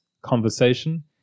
conversation